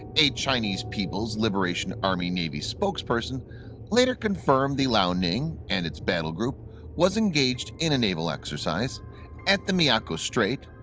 a chinese people's liberation army navy spokesperson later confirmed the liaoning and its battle group was engaged in a naval exercise at the miyako strait,